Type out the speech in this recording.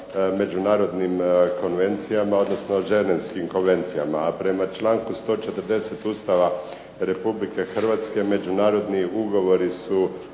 međunarodnim konvencijama, odnosno ženevskim konvencijama. A prema članku 140. Ustava Republike Hrvatske međunarodni ugovori su